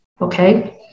Okay